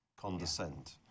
condescend